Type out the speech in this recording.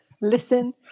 Listen